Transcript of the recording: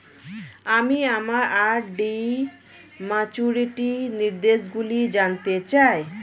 আমি আমার আর.ডি র ম্যাচুরিটি নির্দেশগুলি জানতে চাই